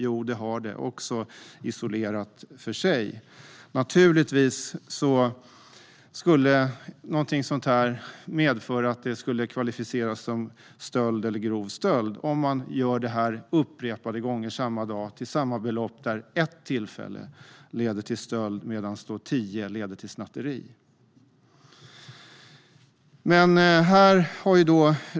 Jo, det har det, också som isolerad företeelse. Naturligtvis borde något som man gör upprepade gånger samma dag och till samma belopp medföra att det kvalificeras som stöld eller grov stöld på samma sätt som när det sker vid ett enda tillfälle. Som det nu är kan tio tillfällen leda till dom för snatteri.